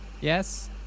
Yes